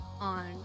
on